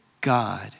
God